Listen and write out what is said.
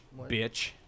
Bitch